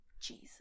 Jesus